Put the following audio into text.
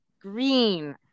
green